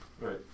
Right